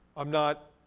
i'm not,